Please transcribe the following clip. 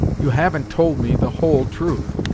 you haven't told me the whole truth.